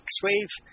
X-Wave